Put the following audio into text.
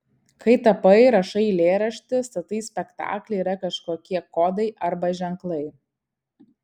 kai tapai rašai eilėraštį statai spektaklį yra kažkokie kodai arba ženklai